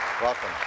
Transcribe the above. Welcome